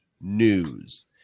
news